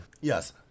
Yes